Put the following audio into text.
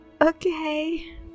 Okay